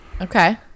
Okay